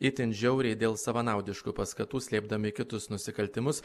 itin žiauriai dėl savanaudiškų paskatų slėpdami kitus nusikaltimus